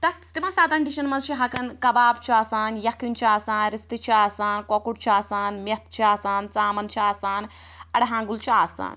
تَتھ تِمن سَتَن ڈِشَن مَنٛز چھُ ہیٚکان کباب چھُ آسان یَکھٕنۍ چھِ آسان رِستہٕ چھِ آسان کۄکُر چھُ آسان میٚتھ چھِ آسان ژامَن چھ آسان اَڑٕ ہانٛگُل چھُ آسان